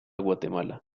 guatemala